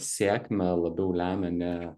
sėkmę labiau lemia ne